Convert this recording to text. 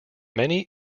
many